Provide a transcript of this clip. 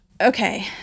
okay